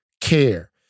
care